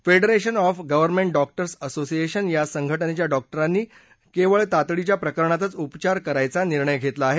federation of government doctors association या संघटनेच्या डॉक्टरांनी केवळ तातडीच्या प्रकरणातच उपचार करण्याचा निर्णय घेतला आहे